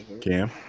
Cam